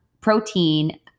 protein